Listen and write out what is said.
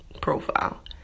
profile